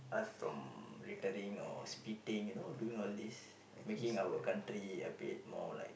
us from littering or spitting you know doing all this making our country a bit more like